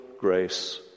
grace